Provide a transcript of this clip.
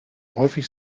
häufig